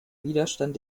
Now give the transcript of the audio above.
widerstand